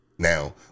Now